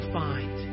find